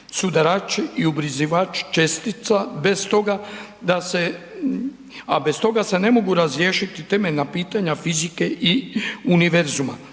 toga da se, a bez toga se ne mogu razriješiti temeljna pitanja fizike i univerzuma.